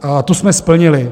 A tu jsme splnili.